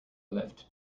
left